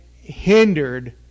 hindered